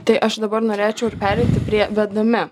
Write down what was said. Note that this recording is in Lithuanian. tai aš dabar norėčiau ir pereiti prie vedami